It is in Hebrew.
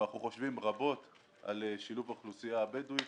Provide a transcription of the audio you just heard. אנחנו חושבים רבות על שילוב האוכלוסייה הבדואית